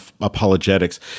Apologetics